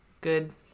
good